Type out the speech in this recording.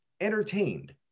entertained